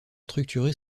structuré